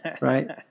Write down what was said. right